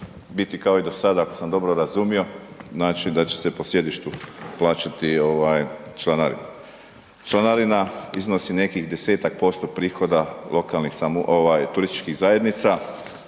biti kao i do sada, ako sam dobro razumio, znači da će se po sjedištu plaćati ovaj članarina. Članarina iznosi nekih 10% prihoda lokalnih ovaj turističkih zajednica